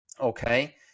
Okay